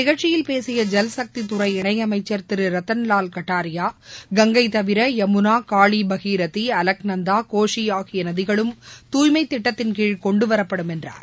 நிகழ்ச்சியில் பேசிய இந்த ஐல்சக்தித்துறை இணையமைச்சர் திரு ரத்தன்லால் கட்டாரியா கங்கை தவிர யமுனா காளி பகீரதி அலக்நந்தா கோஷி ஆகிய நதிகளும் தூய்மை திட்டத்தின் கீழ் கொண்டு வரப்படும் என்றார்